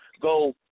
go